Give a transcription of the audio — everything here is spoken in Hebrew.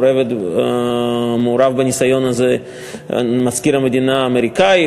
מעורב בניסיון הזה מזכיר המדינה האמריקני,